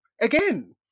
again